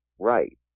right